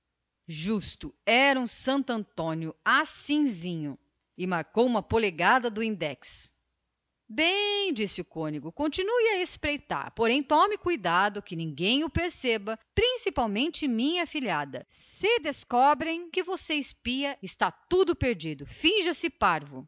justo era um santantoninho assinzinho confirmou o dias marcando uma polegada no index bem disse o cônego continue a espreitar mas todo cuidado e pouco que ninguém perceba principalmente minha afilhada compreende se descobrem que você anda farejando está tudo perdido finja se